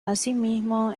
asimismo